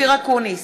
אופיר אקוניס,